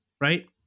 right